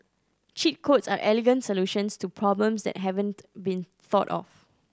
cheat codes are elegant solutions to problems that haven't been thought of